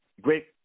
great